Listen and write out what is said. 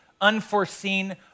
unforeseen